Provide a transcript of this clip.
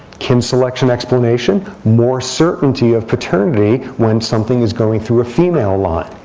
kin selection explanation more certainty of paternity when something is going through a female line.